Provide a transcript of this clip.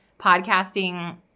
podcasting